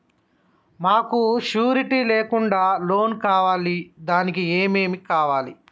మాకు షూరిటీ లేకుండా లోన్ కావాలి దానికి ఏమేమి కావాలి?